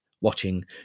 watching